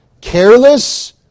careless